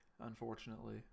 unfortunately